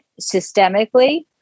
systemically